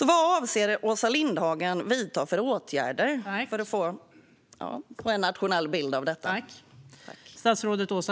Vad avser Åsa Lindhagen att vidta för åtgärder för att få en nationell bild av detta?